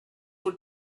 were